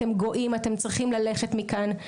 אתם גויים, אתם צריכים ללכת מכאן.